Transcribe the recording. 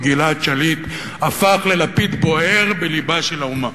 כי גלעד שליט הפך ללפיד בוער בלבה של האומה.